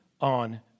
on